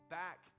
back